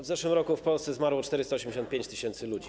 W zeszłym roku w Polsce zmarło 485 tys. ludzi.